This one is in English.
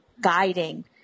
guiding